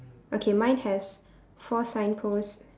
okay mine has four signposts